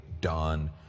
done